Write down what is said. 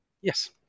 Yes